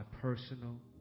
personal